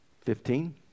Fifteen